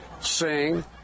sing